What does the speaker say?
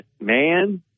man